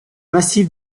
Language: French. massif